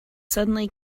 suddenly